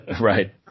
Right